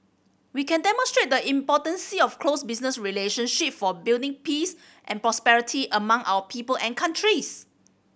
we can demonstrate the importance of close business relationship for building peace and prosperity among our people and countries